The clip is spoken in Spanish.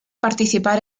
participar